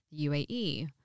UAE